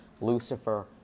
Lucifer